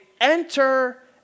enter